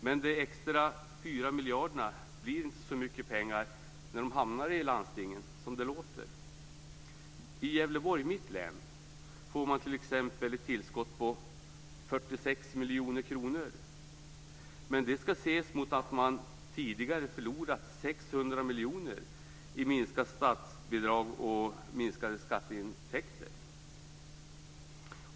Men de extra 4 miljarderna blir inte så mycket pengar som det låter när de hamnar i landstingen. I Gävleborg, mitt län, får man t.ex. ett tillskott på 46 miljoner kronor. Men det skall ses mot att man tidigare förlorat 600 miljoner i minskat statsbidrag och minskade skatteintäkter.